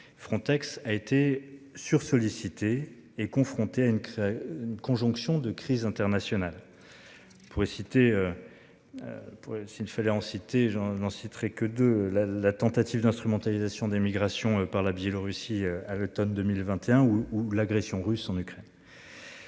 Frontex a été sursollicité est confronté à une. Conjonction de crise internationale. Pour citer. Pour s'il fallait en citer je n'en citerai que de la, la tentative d'instrumentalisation des migrations par la Biélorussie à l'Automne 2021 ou l'agression russe en Ukraine.